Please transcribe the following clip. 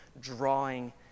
drawing